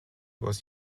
was